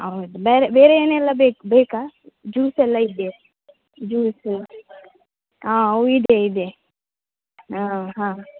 ಹೌದ್ ಬೇರೆ ಬೇರೆ ಏನೆಲ್ಲ ಬೇಕು ಬೇಕಾ ಜ್ಯೂಸ್ ಎಲ್ಲ ಇದೆ ಜ್ಯೂಸ್ ಹಾಂ ಅವು ಇದೆ ಇದೆ ಹಾಂ ಹಾಂ